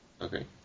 Okay